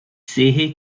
sehe